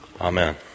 Amen